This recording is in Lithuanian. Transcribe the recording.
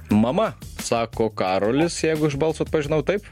mama sako karolis jeigu iš balso atpažinau taip